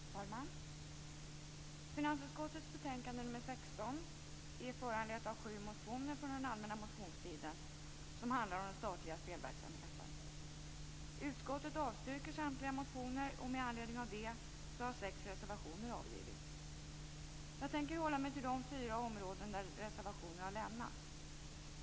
Fru talman! Finansutskottets betänkande nr 16 är föranlett av sju motioner från den allmänna motionstiden som handlar om den statliga spelverksamheten. Utskottet avstyrker samtliga motioner, och med anledning av det har sex reservationer avgivits. Jag tänker hålla mig till de fyra områden där reservationer har avgivits.